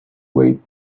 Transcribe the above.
wait